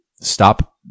stop